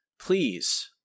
please